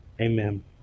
Amen